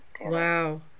Wow